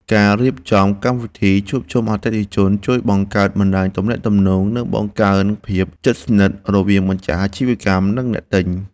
ការរៀបចំកម្មវិធីជួបជុំអតិថិជនជួយបង្កើតបណ្តាញទំនាក់ទំនង និងបង្កើនភាពជិតស្និទ្ធរវាងម្ចាស់អាជីវកម្មនិងអ្នកទិញ។